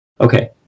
Okay